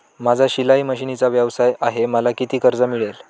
माझा शिलाई मशिनचा व्यवसाय आहे मला किती कर्ज मिळेल?